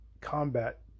combat